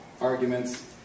arguments